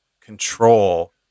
control